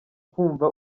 kumva